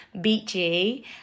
beachy